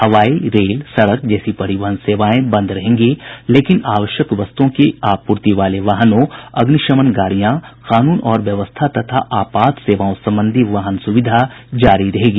हवाई रेल सड़क जैसी परिवहन सेवाएं बंद रहेंगी लेकिन आवश्यक वस्तुओं की आपूर्ति वाले वाहनों अग्निशमन गाड़ियां कानून और व्यवस्था तथा आपात सेवाओं संबंधी वाहन सुविधा जारी रहेगी